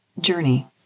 journey